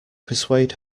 persuade